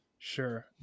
Sure